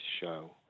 show